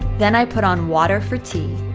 then i put on water for tea